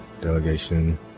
delegation